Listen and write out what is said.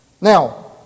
Now